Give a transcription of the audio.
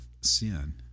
sin